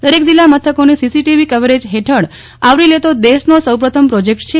દરેક જિલ્લા મથકોને સીસીટીવો કવરેજ હઠળ આવરી લેવો દેશનો સૌપ્રથમ પ્રોજેકટ છે